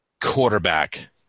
quarterback